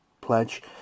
pledge